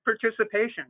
participation